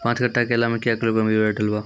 पाँच कट्ठा केला मे क्या किलोग्राम यूरिया डलवा?